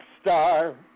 star